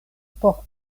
por